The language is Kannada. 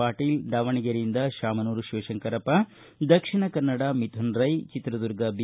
ಪಾಟೀಲ ಡಾವಣಗೆರೆ ಶ್ಯಮನೂರ ಶಿವಶಂಕರಪ್ಪ ದಕ್ಷಿಣ ಕನ್ನಡ ಮಿಥುನ ರೈ ಚಿತ್ರದುರ್ಗ ಬಿ